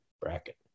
bracket